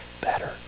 better